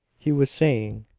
he was saying,